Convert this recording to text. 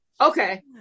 okay